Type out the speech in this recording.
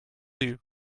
you